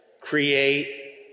create